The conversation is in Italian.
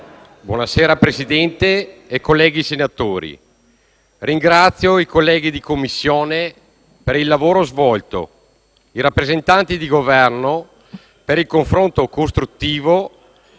Signor Presidente, colleghi senatori, ringrazio i colleghi di Commissione per il lavoro svolto, i rappresentanti del Governo per il confronto costruttivo e i colleghi